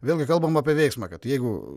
vėlgi kalbam apie veiksmą kad jeigu